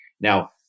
Now